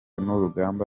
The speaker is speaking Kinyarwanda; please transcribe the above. n’urugamba